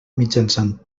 mitjançant